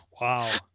Wow